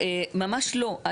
ממש לא.